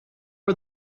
are